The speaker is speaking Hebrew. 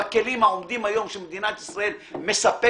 בכלים העומדים היום שמדינת ישראל מספקת,